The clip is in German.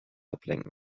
ablenken